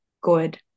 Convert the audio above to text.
good